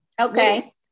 Okay